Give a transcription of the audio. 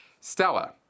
Stella